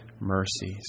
mercies